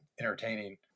entertaining